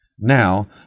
Now